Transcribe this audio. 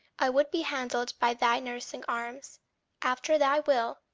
i would be handled by thy nursing arms after thy will,